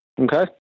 Okay